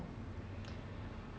if you want to do together lor